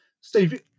Steve